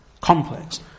complex